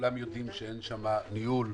כולם יודעים שאין שם ניהול,